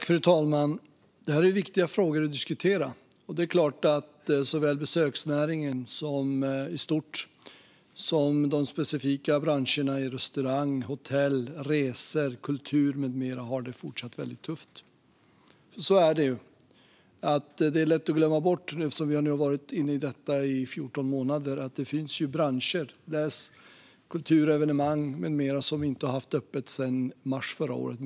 Fru talman! Det här är viktiga frågor att diskutera. Det är klart att såväl besöksnäringen i stort som de specifika branscherna - inom restaurang, hotell, resor, kultur med mera - fortsätter att ha det väldigt tufft. Så är det. Det är lätt att glömma bort, eftersom vi nu har varit i denna situation i 14 månader, att det finns branscher - kultur och evenemang med mera - som inte har haft öppet sedan mars förra året.